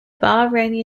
bahraini